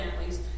families